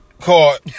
Caught